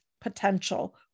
potential